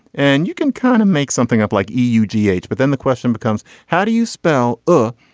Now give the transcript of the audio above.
and you can kind of make something up like eu g eight but then the question becomes how do you spell oh.